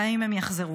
ואם הן יחזרו.